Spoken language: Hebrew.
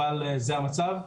אבל זה המצב.